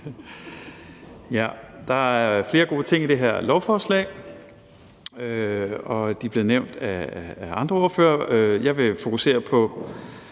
Der er flere gode ting i det her lovforslag, og de er blevet nævnt af andre ordførere. Jeg vil fokusere på,